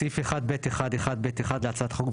בסעיף 1(ב1)(1)(ב)(1) להצעת החוק,